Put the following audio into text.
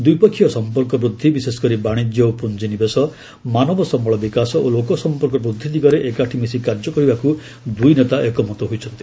ଦ୍ୱିପକ୍ଷିୟ ସମ୍ପର୍କ ବୂଦ୍ଧି ବିଶେଷ କରି ବାଣିଜ୍ୟ ଓ ପୁଞ୍ଜିନିବେଶ ମାନବ ସମ୍ଭଳ ବିକାଶ ଓ ଲୋକସମ୍ପର୍କ ବୃଦ୍ଧି ଦିଗରେ ଏକାଠି ମିଶି କାର୍ଯ୍ୟ କରିବାକୁ ଦୂଇ ନେତା ଏକମତ ହୋଇଚନ୍ତି